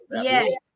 yes